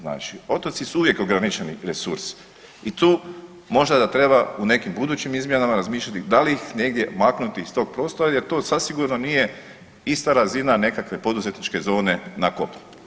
Znači, otoci su uvijek ograničeni resurs i tu možda da treba u nekim budućim izmjenama razmišljati da li ih negdje maknuti iz tog prostora jer to zasigurno nije ista razina nekakve poduzetničke zone na kopnu.